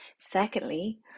Secondly